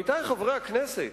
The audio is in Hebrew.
עמיתי חברי הכנסת,